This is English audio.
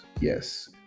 Yes